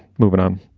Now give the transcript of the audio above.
moving on.